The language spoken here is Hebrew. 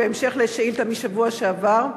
בשבי-ציון, בהמשך לשאילתא משבוע שעבר.